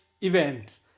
event